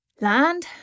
Land